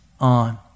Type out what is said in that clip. on